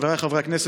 חבריי חברי הכנסת,